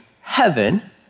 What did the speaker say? heaven